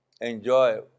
enjoy